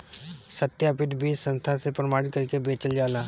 सत्यापित बीज संस्था से प्रमाणित करके बेचल जाला